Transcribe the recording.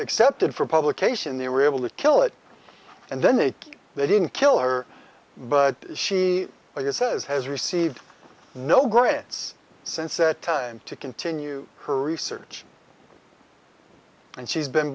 accepted for publication they were able to kill it and then they they didn't kill her but she says has received no grants since that time to continue her research and she's been